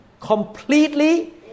completely